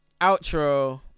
Outro